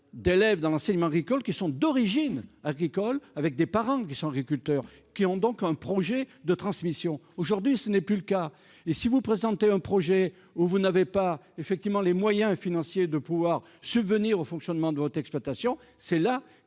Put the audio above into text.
d'élèves dans l'enseignement agricole qui sont d'origine agricole avec des parents qui sont agriculteurs, qui ont donc un projet de transmission aujourd'hui ce n'est plus le cas et si vous présentez un projet où vous n'avez pas effectivement les moyens financiers de pouvoir subvenir au fonctionnement de votre exploitation. C'est là